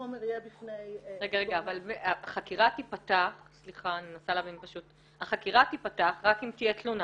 שהחומר יהיה בפני -- אבל חקירה תפתח רק אם תהיה תלונה.